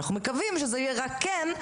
אנחנו מקווים שזה יהיה רק "כן",